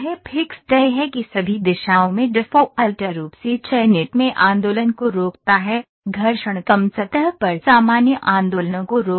fixed यह है कि सभी दिशाओं में डिफ़ॉल्ट रूप से चयनित में आंदोलन को रोकता है घर्षण कम सतह पर सामान्य आंदोलनों को रोकता है